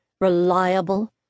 reliable